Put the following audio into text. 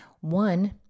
One